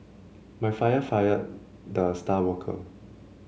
my father fired the star worker